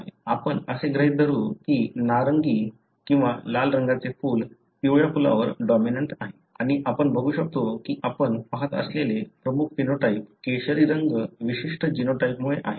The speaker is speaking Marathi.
आपण असे गृहीत धरू की नारिंगी किंवा लाल रंगाचे फूल पिवळ्या फुलावर डॉमिनंट आहे आणि आपण बघू शकतो की आपण पहात असलेले प्रमुख फिनोटाइप केशरी रंग विशिष्ट जीनोटाइपमुळे आहे का